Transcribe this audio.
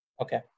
Okay